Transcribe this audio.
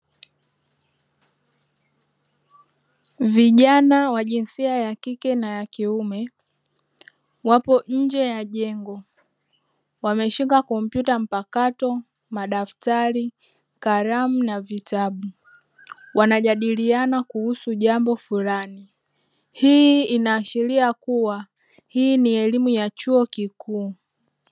Vijana wa jinsia ya kike na ya kiume, wapo nje ya jengo wameshika kompyuta mpakato, madaftari, karamu na vitabu wanajadiliana kuhusu jambo fulani, hii inaashiria kuwa hii ni elimu ya chuo kikuu.